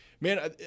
man